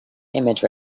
image